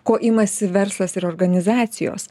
ko imasi verslas ir organizacijos